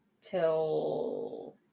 till